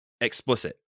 explicit